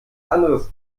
anderes